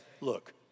look